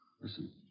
Listen